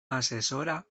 assessora